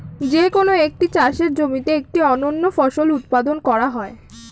যে কোন একটি চাষের জমিতে একটি অনন্য ফসল উৎপাদন করা হয়